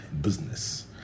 business